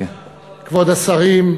כבוד השרים,